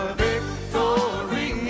victory